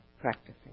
practicing